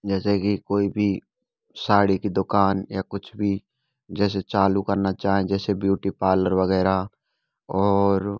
जैसे कि कोई भी साड़ी की दुकान या कुछ भी जैसे चालू करना चाहे जैसे ब्यूटी पार्लर वगैरह और